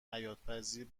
حیاتپذیر